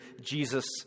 Jesus